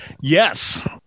yes